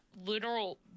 literal